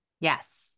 Yes